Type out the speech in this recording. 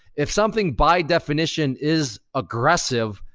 if something by definition is aggressive,